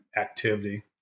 activity